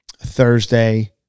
thursday